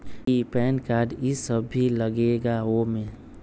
कि PAN card इ सब भी लगेगा वो में?